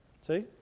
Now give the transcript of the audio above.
See